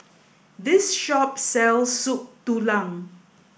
this shop sells Soup Tulang